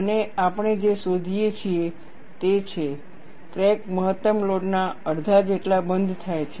અને આપણે જે શોધીએ છીએ તે છે ક્રેક મહત્તમ લોડના અડધા જેટલા બંધ થાય છે